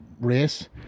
race